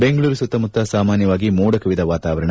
ಬೆಂಗಳೂರು ಸುತ್ತಮುತ್ತ ಸಾಮಾನ್ಯವಾಗಿ ಮೋಡಕವಿದ ವಾತಾವರಣ